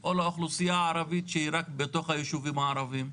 או לאוכלוסיה הערבית שהיא רק בתוך הישובים הערבים?